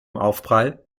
aufprall